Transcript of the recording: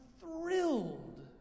thrilled